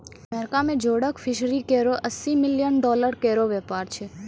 America में जोडक fishery केरो अस्सी मिलियन डॉलर केरो व्यापार छै